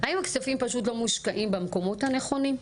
האם הכספים פשוט לא מושקעים במקומות הנכונים?